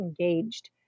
engaged